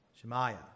Shemaiah